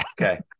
Okay